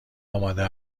آماده